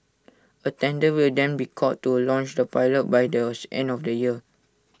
A tender will then be called to launch the pilot by those end of the year